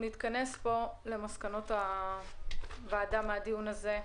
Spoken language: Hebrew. נעבור למסקנות הוועדה מהדיון הזה.